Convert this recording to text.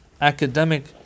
academic